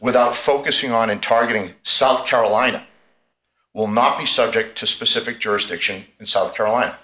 without focusing on and targeting south carolina will not be subject to specific jurisdiction in south carolina